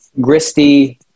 gristy